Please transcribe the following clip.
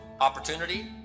opportunity